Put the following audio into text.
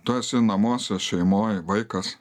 tu esi namuose šeimoj vaikas